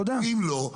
ואם לא,